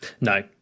No